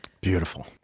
beautiful